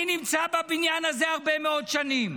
אני נמצא בבניין הזה הרבה מאוד שנים,